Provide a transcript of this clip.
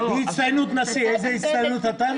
היא הצטיינות נשיא, איזה הצטיינות אתה?